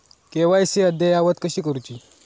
KYC अद्ययावत कशी करुची?